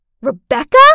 Rebecca